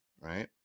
right